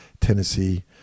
Tennessee